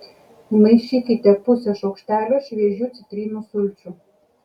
įmaišykite pusę šaukštelio šviežių citrinų sulčių